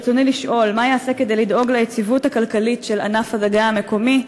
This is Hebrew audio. ברצוני לשאול: מה ייעשה כדי לדאוג ליציבות הכלכלית של ענף הדגה המקומי?